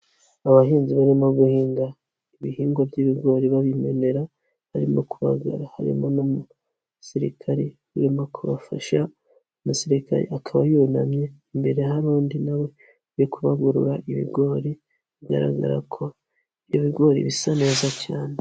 Abahinzi barimo guhinga ibihingwa by'ibigori babimenera barimo kubagara harimo n'umusirikare baririmo kubafasha umusirikare akaba yunamye imbere hari undi nawe kubagurura ibigori bigaragara ko ibyo bigori bisa neza cyane.